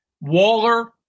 Waller